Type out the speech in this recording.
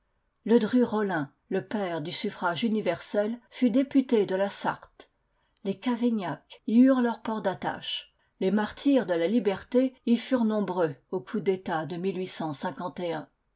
ledrurollin le père du suffrage universel fut député de la sarthe les cavaignac y eurent leur port d'attache les martyrs de la liberté y furent nombreux au coup d'etat de